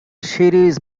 series